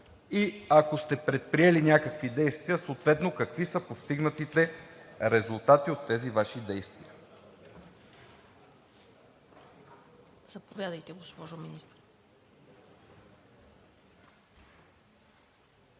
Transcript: Ако сте предприели някакви действия, какви са постигнатите резултати от тези Ваши действия?